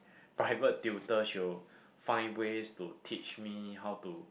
private tutor she will find ways to teach me how to